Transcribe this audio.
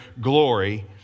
glory